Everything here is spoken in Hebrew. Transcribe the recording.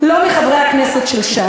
לא מחברי הכנסת של ש"ס.